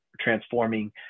transforming